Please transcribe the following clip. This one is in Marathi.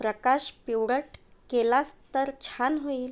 प्रकाश पिवळट केलास तर छान होईल